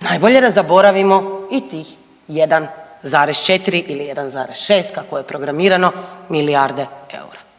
najbolje da zaboravimo i tih 1,4 ili 1,6, kako je programiramo, milijarde eura.